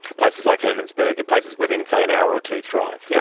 places like hermannsburg, and places within, say, an hour or two's drive. yeah